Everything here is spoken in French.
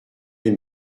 les